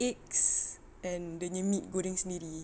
eggs and dia nya meat goreng sendiri